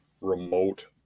remote